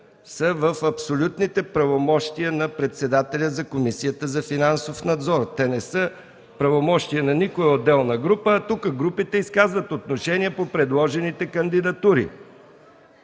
са в абсолютните правомощия на председателя на Комисията за финансов надзор. Те не се правомощия на отделна група, а тук групите изразяват отношение по предложените кандидатури.